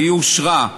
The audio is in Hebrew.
והיא אושרה.